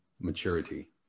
maturity